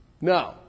No